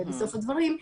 בסוף הדברים,